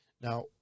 now